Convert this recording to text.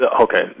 Okay